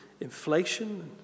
inflation